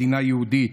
מדינה יהודית.